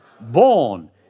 Born